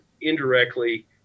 indirectly